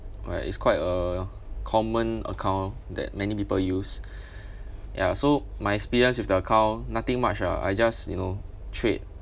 where is quite a common account that many people use ya so my experience with the account nothing much ah I just you know trade